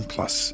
Plus